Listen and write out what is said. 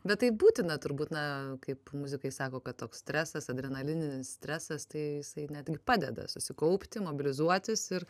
bet tai būtina turbūt na kaip muzikai sako kad toks stresas adrenalininis stresas tai jisai netgi padeda susikaupti mobilizuotis ir